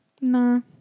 No